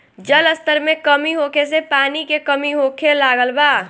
जल स्तर में कमी होखे से पानी के कमी होखे लागल बा